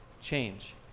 change